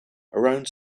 around